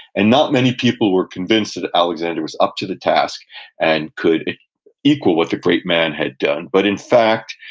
and not many people were convinced that alexander was up to the task and could equal what the great man had done. but in fact,